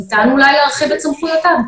ניתן אולי להרחיב את סמכויותיו.